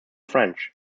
french